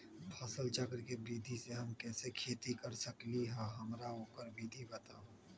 फसल चक्र के विधि से हम कैसे खेती कर सकलि ह हमरा ओकर विधि बताउ?